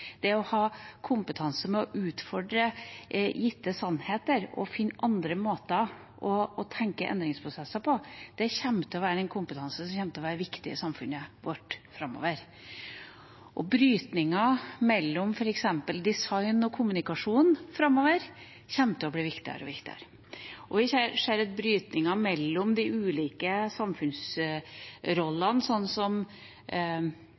å ha kompetanse på å utfordre gitte sannheter og finne andre måter å tenke endringsprosesser på, kommer til å være viktig i samfunnet vårt framover. Brytningen mellom f.eks. design og kommunikasjon kommer til å blir viktigere og viktigere framover. Vi ser også brytninger mellom de ulike